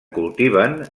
cultiven